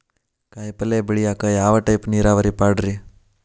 ಕಾಯಿಪಲ್ಯ ಬೆಳಿಯಾಕ ಯಾವ ಟೈಪ್ ನೇರಾವರಿ ಪಾಡ್ರೇ?